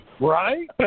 right